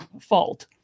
fault